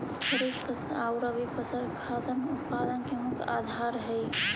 खरीफ फसल आउ रबी फसल खाद्यान्न उत्पादन के मुख्य आधार हइ